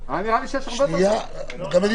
גם אם